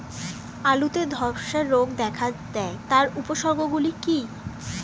আলুতে ধ্বসা রোগ দেখা দেয় তার উপসর্গগুলি কি কি?